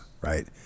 right